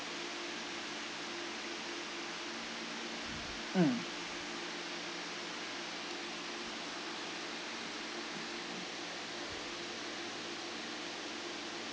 mm